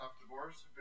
divorce